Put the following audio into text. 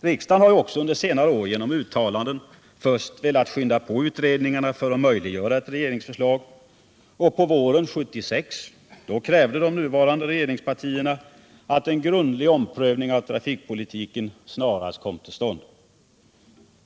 Riksdagen har ju också under senare år, genom uttalanden, först velat skynda på utredningarna för att möjliggöra ett regeringsförslag. På våren 1976 krävde de nuvarande regeringspartierna att en grundlig omprövning av trafikpolitiken snarast skulle komma till stånd.